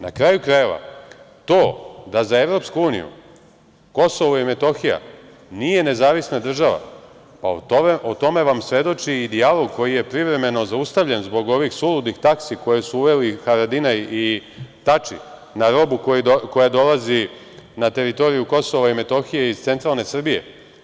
Na kraju krajeva, to da za EU Kosovo i Metohija nije nezavisna država, pa o tome vam svedoči i dijalog koji je privremeno zaustavljen zbog ovih suludih taksi koje su uveli Haradinaj i Tači na robu koja dolazi na teritoriju Kosova i Metohije iz centralne Srbije.